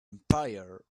empire